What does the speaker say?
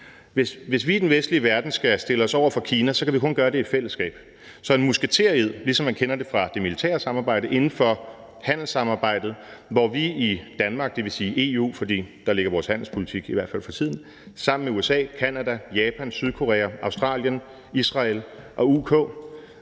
Hvis vi i den vestlige verden skal stille os over for Kina, kan vi kun gøre det i fællesskab. Så vi skal have en musketered, ligesom man kender det fra det militære samarbejde, inden for handelssamarbejdet, hvor vi i Danmark, dvs. i EU, for der ligger vores handelspolitik i hvert fald for tiden, sammen med USA, Canada, Japan, Sydkorea, Australien, Israel og UK